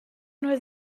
nur